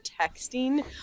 texting